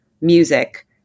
music